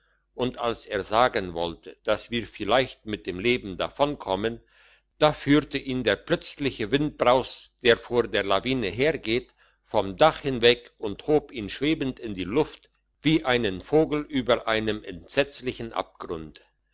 und als er sagen wollte dass wir vielleicht mit dem leben davonkommen da führte ihn der plötzliche windbraus der vor der lawine hergeht vom dach hinweg und hob ihn schwebend in der luft wie einen vogel über einem entsetzlichen abgrund